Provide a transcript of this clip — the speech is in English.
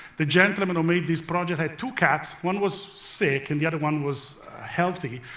the gentleman who made this project had two cats. one was sick and the other one was healthy,